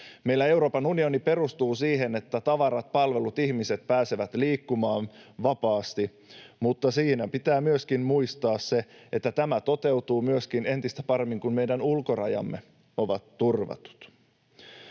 Meillä Euroopan unioni perustuu siihen, että tavarat, palvelut, ihmiset pääsevät liikkumaan vapaasti, mutta siinä pitää myöskin muistaa se, että tämä toteutuu entistä paremmin, kun meidän ulkorajamme ovat turvatut.